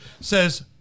says